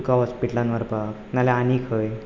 तुका हॉस्पिटलांत व्हरपाक ना जाल्यार आनी खंय